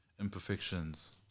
imperfections